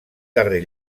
darrer